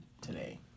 today